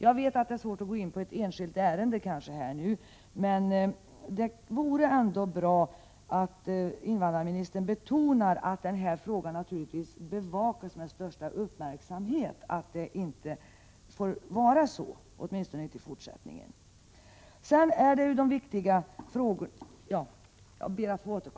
Jag vet att det är svårt att nu gå in på ett enskilt ärende, men det vore bra om invandrarministern betonar att denna fråga bevakas med största uppmärksamhet och att det inte heller får vara på något annat sätt i fortsättningen.